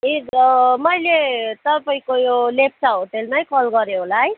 ए मैले तपाईँको यो लेप्चा होटलमै कल गरेँ होला है